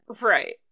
right